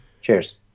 Cheers